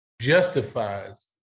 justifies